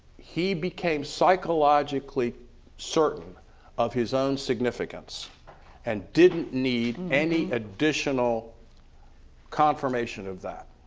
he became psychologically certain of his own significance and didn't need any additional confirmation of that.